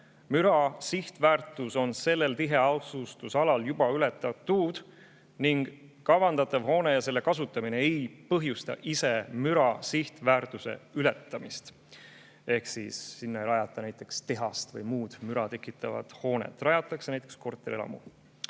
müra sihtväärtus on sellel tiheasustusalal juba ületatud; 3) kavandatav hoone ja selle kasutamine ei põhjusta ise müra sihtväärtuse ületamist." Ehk siis sinna ei rajata näiteks tehast või muud müra tekitavat hoonet, vaid rajatakse näiteks korterelamu.